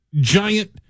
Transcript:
giant